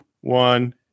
one